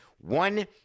one